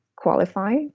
qualify